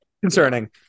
concerning